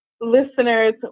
Listeners